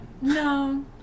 No